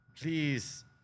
please